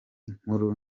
nkuru